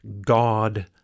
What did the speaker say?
God